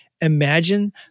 Imagine